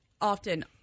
often